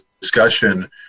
discussion